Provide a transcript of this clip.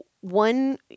one